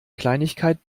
kleinigkeit